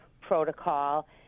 protocol